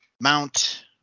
Mount